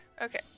Okay